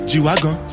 G-Wagon